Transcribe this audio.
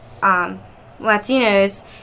Latinos